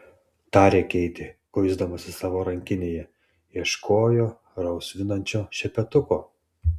tarė keitė kuisdamasi savo rankinėje ieškojo rausvinančio šepetuko